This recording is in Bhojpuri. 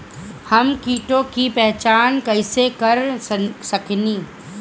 हम कीटों की पहचान कईसे कर सकेनी?